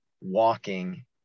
walking